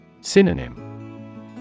Synonym